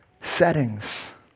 settings